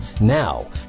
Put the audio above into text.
Now